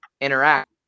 interact